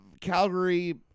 Calgary